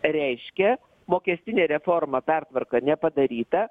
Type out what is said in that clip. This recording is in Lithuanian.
reiškia mokestinė reforma pertvarka nepadaryta